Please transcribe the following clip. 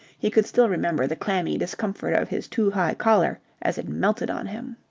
he could still remember the clammy discomfort of his too high collar as it melted on him.